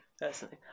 personally